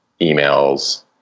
emails